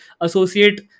associate